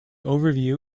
overview